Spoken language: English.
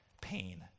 pain